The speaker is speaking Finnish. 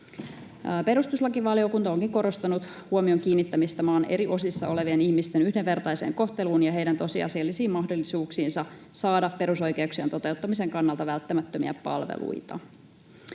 Perustuslakivaliokunta onkin korostanut huomion kiinnittämistä maan eri osissa olevien ihmisten yhdenvertaiseen kohteluun ja heidän tosiasiallisiin mahdollisuuksiinsa saada perusoikeuksien toteuttamisen kannalta välttämättömiä palveluita.